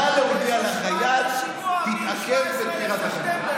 נא להודיע לחייט: תתעכב, בבקשה.